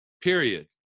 period